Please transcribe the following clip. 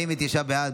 אז 49 בעד,